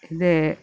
ഇത്